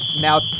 now